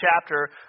chapter